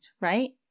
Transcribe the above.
right